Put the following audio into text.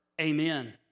Amen